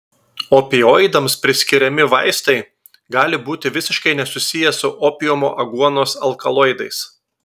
opioidams priskiriami vaistai gali būti visiškai nesusiję su opiumo aguonos alkaloidais